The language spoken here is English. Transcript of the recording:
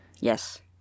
Yes